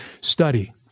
study